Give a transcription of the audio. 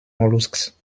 molluscs